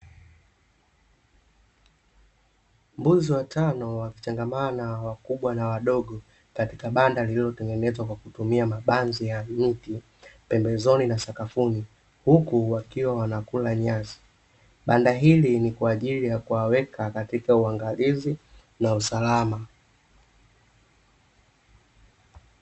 Mbuzi watano wakichangamana wakubwa na wadogo, katika banda lililotengenezwa kwa kutumia mabanzi ya mti, pembezoni na sakafuni. Huku wakiwa wanakula nyasi. Banda hili ni kwa ajili ya kuwaweka katika uangalizi na usalama.